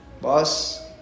boss